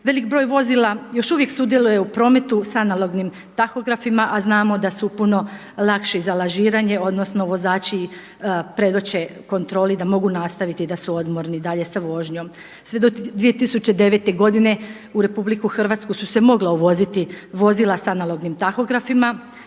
Velik broj vozila još uvijek sudjeluje u prometu sa analognim tahografima a znamo da su puno lakši za lažiranje, odnosno vozači predoče kontroli da mogu nastaviti, da su odmorni dalje sa vožnjom. Sve do 2009. godine u RH su se mogla uvoziti vozila sa analognim tahografima.